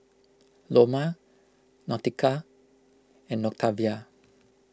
Loma Nautica and Octavia